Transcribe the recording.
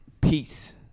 Peace